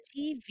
TV